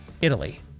Italy